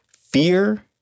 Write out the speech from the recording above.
Fear